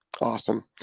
Awesome